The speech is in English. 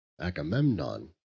agamemnon